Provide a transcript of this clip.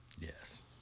Yes